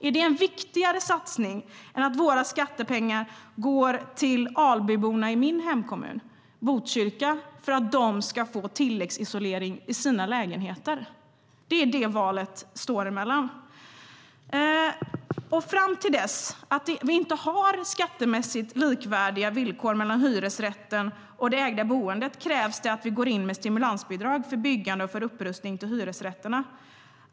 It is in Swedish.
Är det en viktigare satsning än att satsa skattepengar på Albyborna i min hemkommun Botkyrka så att de kan få tilläggsisolering i sina lägenheter? Det är detta valet står emellan. Fram till dess att vi har skattemässigt likvärdiga villkor mellan hyresrätten och det ägda boendet krävs det att vi går in med stimulansbidrag för byggande och upprustning av hyresrätter.